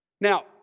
Now